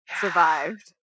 survived